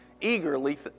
eagerly